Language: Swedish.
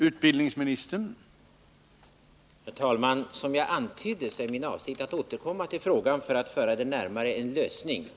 Herr talman! Som jag antydde är det min avsikt att återkomma till frågan för att föra den närmare en lösning.